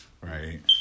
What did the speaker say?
Right